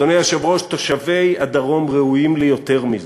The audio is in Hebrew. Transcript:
אדוני היושב-ראש, תושבי הדרום ראויים ליותר מזה.